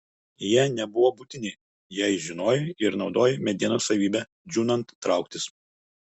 jie nebuvo būtini jei žinojai ir naudojai medienos savybę džiūnant trauktis